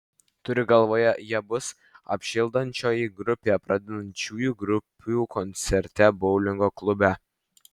turi galvoje jie bus apšildančioji grupė pradedančiųjų grupių koncerte boulingo klube